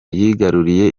yigaruriye